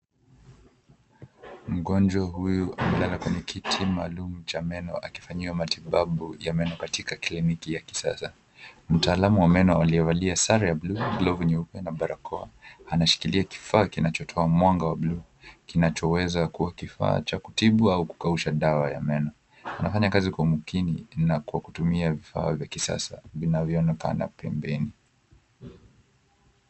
Mgonjwa huyu amelala kwenye kiti maalum cha meno akifanyiwa matibabu ya meno katika kliniki ya kisasa. Mtaalamu wa meno aliyevalia sare ya blu, glovu nyeupe na barakoa anashikilia kifaa kinachotoa mwanga wa blu kinachoweza kuwa kifaa cha kutibu au kukausha dawa ya meno, anafanya kazi kwa makini na kwa kutumia vifaa vya kisasa vinavyoonekana pembeni.